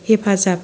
हेफाजाब